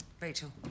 Rachel